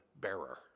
bearer